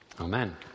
Amen